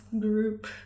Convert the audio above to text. group